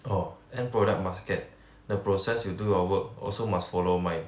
orh end product must get the process you do your work also must follow mine